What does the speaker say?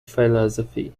philosophy